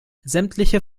sämtliche